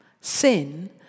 sin